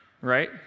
right